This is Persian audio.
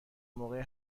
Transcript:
موقع